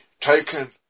Taken